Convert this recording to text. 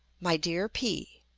my dear p,